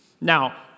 Now